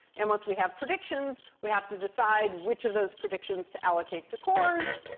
and once we have predictions, we have to decide which of those predictions to allocate to cores.